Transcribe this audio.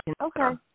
Okay